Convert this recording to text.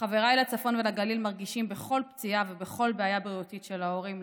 חבריי לצפון ולגליל מרגישים בכל פציעה ובכל בעיה בריאותית של ההורים,